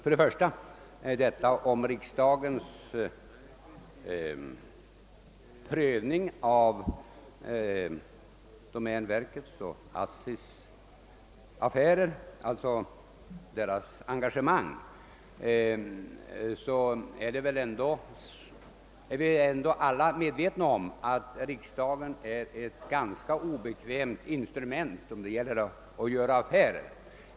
I fråga om riksdagens styrning av domänverkets och ASSI:s verksamhet vill jag säga jordbruksutskottets värderade ordförande, att vi väl alla är medvetna om att riksdagen är ett ganska obekvämt instrument när det gäller att göra affärer.